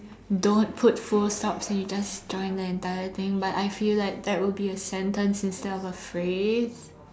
don't put full stops and you just join the entire thing but I feel like that would be a sentence instead of a phrase